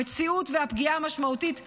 המציאות והפגיעה המשמעותית מחייבות.